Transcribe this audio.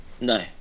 No